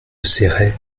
céret